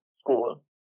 school